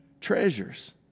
treasures